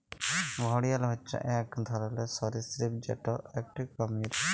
ঘড়িয়াল হচ্যে এক ধরলর সরীসৃপ যেটা একটি কুমির